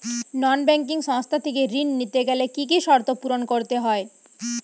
নন banking সংস্থা থেকে ঋণ নিতে গেলে কি কি শর্ত পূরণ করতে হয়?